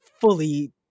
fully